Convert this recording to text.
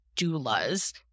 doulas